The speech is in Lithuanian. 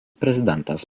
prezidentas